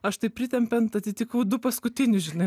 aš taip pritempiant atitikau du paskutinius žinai